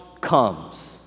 comes